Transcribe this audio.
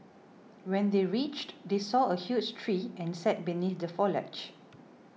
when they reached they saw a huge tree and sat beneath the foliage